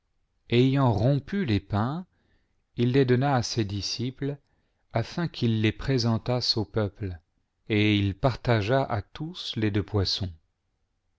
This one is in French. ayant rompu les pains il les donna àses disciples afin qu'ils les présentassent au peuple et il partagea à tous les deux poissons